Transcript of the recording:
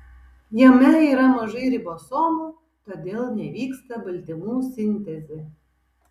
jame yra mažai ribosomų todėl nevyksta baltymų sintezė